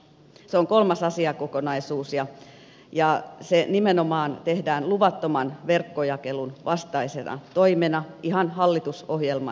se on kolmas asiakokonaisuus ja se nimenomaan tehdään luvattoman verkkojakelun vastaisena toimena ihan hallitusohjelman mukaisesti